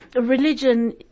religion